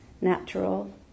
natural